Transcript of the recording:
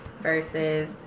versus